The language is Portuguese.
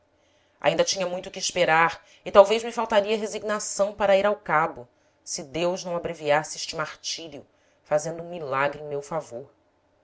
ainda tinha muito que esperar e talvez me faltaria resignação para ir ao cabo se deus não abreviasse este martírio fazendo um mila gre em meu fa vor